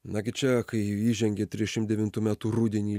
nagi čia kai įžengė trisdešim devintų metų rudenį